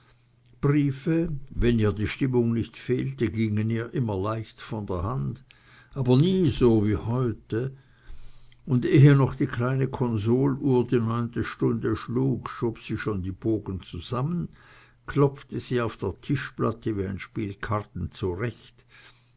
briefe wenn ihr die stimmung nicht fehlte gingen ihr immer leicht von der hand aber nie so wie heute und ehe noch die kleine konsoluhr die neunte stunde schlug schob sie schon die bogen zusammen klopfte sie auf der tischplatte wie ein spiel karten zurecht